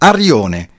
Arione